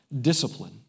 discipline